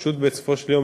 בסופו של יום,